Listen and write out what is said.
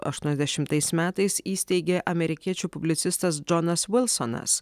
aštuoniasdešimtais metais įsteigė amerikiečių publicistas džonas vilsonas